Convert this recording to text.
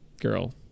girl